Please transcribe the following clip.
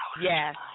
Yes